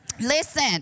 Listen